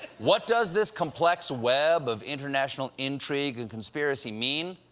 what does this complex web of international intrigue and conspiracy mean?